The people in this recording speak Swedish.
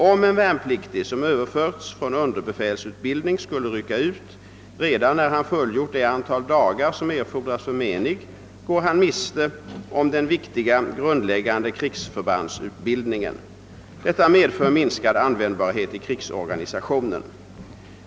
Om en värnpliktig, som överförts från underbefälsutbildning, skulle rycka ut redan när han fullgjort det antal dagar som erfordras för menig, går han miste om den viktiga grundläggande krigsförbandsutbildningen. Detta medför minskad användbarhet i krigsorganisationen.